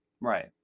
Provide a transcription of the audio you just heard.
Right